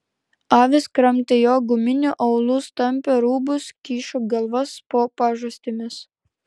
avys kramtė jo guminių aulus tampė rūbus kišo galvas po pažastimis